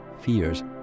fears